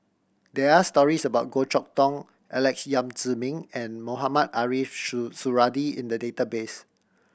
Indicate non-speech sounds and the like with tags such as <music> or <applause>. there are stories about Goh Chok Tong Alex Yam Ziming and Mohamed Ariff <unintelligible> Suradi in the database